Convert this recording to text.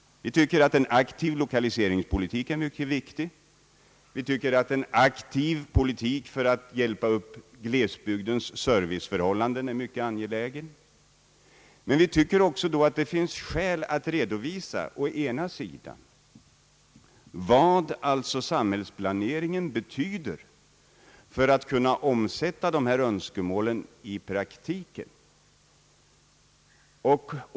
Vi anser att en aktiv lokaliseringspolitik är mycket väsentlig samt att en aktiv politik för att underlätta glesbygdens försörjningsförhållanden är mycket angelägen. Vi tycker att det även finns skäl att redovisa vad samhällsplaneringen betyder när det gäller att kunna omsätta dessa önskemål i praktiken.